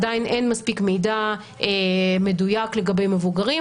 עדיין אין מספיק מידע מדויק לגבי מבוגרים,